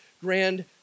grand